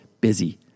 busy